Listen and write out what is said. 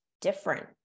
different